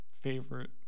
Favorite